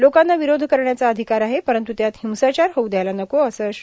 लोकांना विरोध करण्याचा अधिकार आहे परंतु त्यात हिंसाचार होऊ द्यायला नको असं श्री